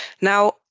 Now